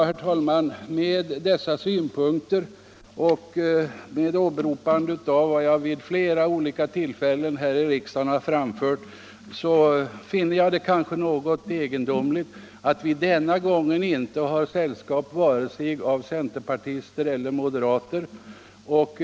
Efter att ha anfört dessa synpunkter och med åberopande vad jag vid flera olika tillfällen tidigare framfört här i riksdagen vill jag säga att jag finner det något egendomligt att vi från folkpartiet denna gång i utskottet inte har sällskap vare sig av centerpartister eller av moderater.